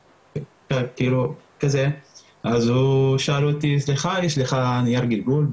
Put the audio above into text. אז הוא שאל אותי סליחה, יש לך נייר גלגול.